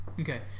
Okay